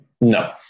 No